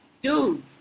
dude